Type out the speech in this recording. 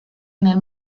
nel